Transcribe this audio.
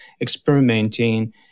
experimenting